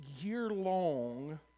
year-long